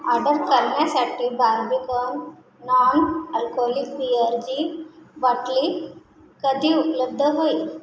order करण्यासाठी Barbican non alcoholic बिअरची बाटली कधी उपलब्ध होईल